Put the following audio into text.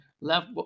left